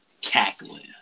Cackling